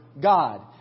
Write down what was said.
God